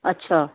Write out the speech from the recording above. ਅੱਛਾ